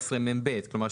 14מב. כלומר,